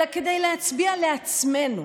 אלא כדי להצביע לעצמנו,